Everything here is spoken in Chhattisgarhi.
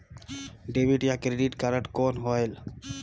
डेबिट या क्रेडिट कारड कौन होएल?